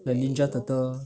like ninja turtle